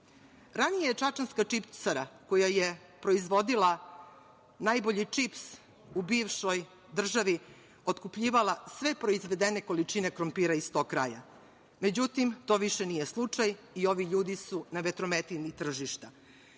Ranije je čačanska čipsara koja je proizvodila najbolji čips u bivšoj državi otkupljivala sve proizvedene količine krompira iz tog kraja, međutim, to više nije slučaj i ovi ljudi su na vetrometini tržišta.